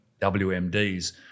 WMDs